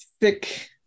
thick